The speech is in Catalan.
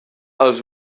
els